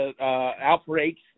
outbreaks